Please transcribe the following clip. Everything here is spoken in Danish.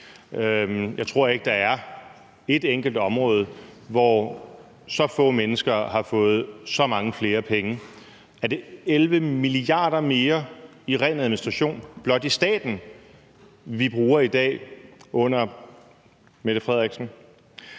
Jeg tror ikke, der er et enkelt område, hvor så få mennesker har fået så mange flere penge. Er det 11 mia. kr. mere i ren administration blot i staten, vi bruger mere i dag under statsministeren?